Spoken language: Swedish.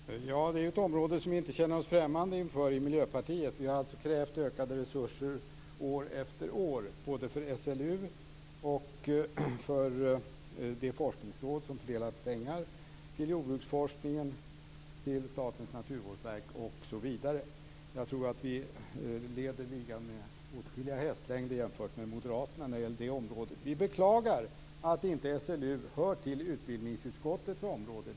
Fru talman! Det är ett område som vi i Miljöpartiet inte känner oss främmande inför. Vi har krävt ökade resurser år efter år både för SLU och för det forskningsråd som fördelar pengar till jordbruksforskning, Statens naturvårdsverk osv. Jag tror att vi leder ligan med åtskilliga hästlängder före Moderaterna när det gäller det området. Vi beklagar att SLU inte hör till utbildningsutskottets område.